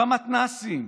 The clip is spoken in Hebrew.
במתנ"סים,